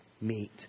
meet